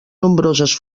nombroses